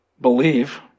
believe